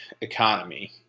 economy